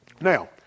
Now